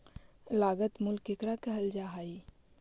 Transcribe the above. लागत मूल्य केकरा कहल जा हइ?